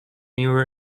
newer